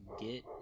get